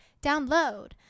Download